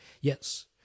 Yes